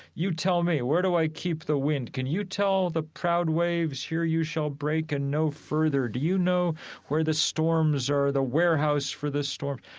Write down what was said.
you tell me, where do i keep the wind? can you tell the proud waves here you shall break and no further? do you know where the storms are, the warehouse for the storms?